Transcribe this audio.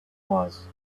was